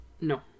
No